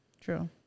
True